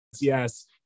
yes